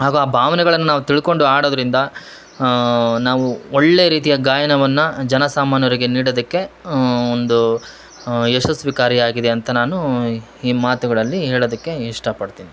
ಹಾಗೂ ಆ ಭಾವನೆಗಳನ್ನು ನಾವು ತಿಳ್ಕೊಂಡು ಆಡೋದರಿಂದ ನಾವು ಒಳ್ಳೆಯ ರೀತಿಯ ಗಾಯನವನ್ನ ಜನಸಾಮಾನ್ಯವರಿಗೆ ನೀಡದಕ್ಕೆ ಒಂದು ಯಶಸ್ವಿ ಕಾರ್ಯ ಆಗಿದೆ ಅಂತ ನಾನು ಈ ಮಾತುಗಳಲ್ಲಿ ಹೇಳೋದಕ್ಕೆ ಇಷ್ಟಪಡ್ತೀನಿ